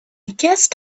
guessed